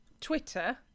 twitter